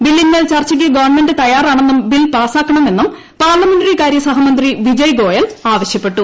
ബില്ലിന്മേൽ ചർച്ചയ്ക്ക് ഗവൺമെന്റ് തയ്യാറാണെന്നും ബിൽ പാസ്സാക്കണമെന്നും പാർലമെന്ററി കാര്യ സഹമന്ത്രി വിജയ് ഗോയൽ ആവശ്യപ്പെട്ടു